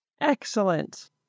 Excellent